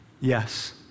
Yes